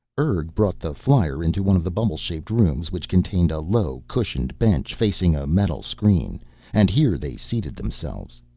urg brought the flyer into one of the bubble-shaped rooms which contained a low, cushioned bench facing a metal screen and here they seated themselves.